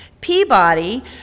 Peabody